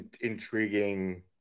intriguing